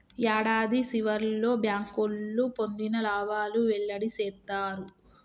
యాడాది సివర్లో బ్యాంకోళ్లు పొందిన లాబాలు వెల్లడి సేత్తారు